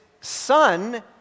son